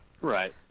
Right